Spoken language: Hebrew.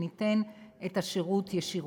ניתן את השירות ישירות.